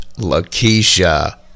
Lakeisha